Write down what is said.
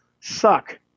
suck